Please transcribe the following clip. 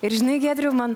ir žinai giedriau man